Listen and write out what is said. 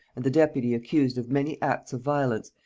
and the deputy accused of many acts of violence,